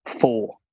four